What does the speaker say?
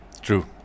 True